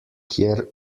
kjer